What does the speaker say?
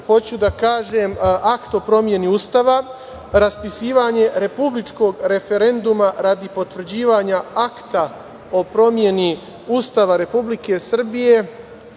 hoću da kažem Akt o promeni Ustava, raspisivanje republičkog referenduma radi potvrđivanja Akta o promeni Ustava Republike Srbije,